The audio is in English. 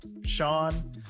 Sean